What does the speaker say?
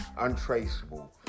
Untraceable